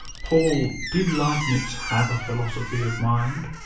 paul, did leibnitz have a philosophy of mind?